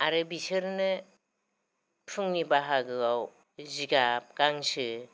आरो बिसोरनो फुंनि बाहागोआव जिगाब गांसो